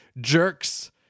jerks